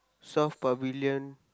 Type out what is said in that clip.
south pavilion